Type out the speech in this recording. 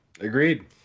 Agreed